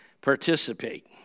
participate